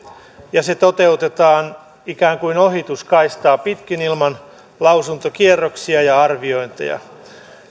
ja se toteutetaan ikään kuin ohituskaistaa pitkin ilman lausuntokierroksia ja arviointeja